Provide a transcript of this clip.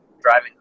driving